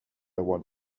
want